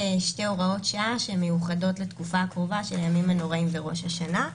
שתי הוראות שעה שמיוחדות לתקופה הקרובה של הימים הנוראים וראש השנה.